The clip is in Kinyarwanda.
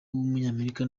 w’umunyamerika